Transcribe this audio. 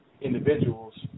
individuals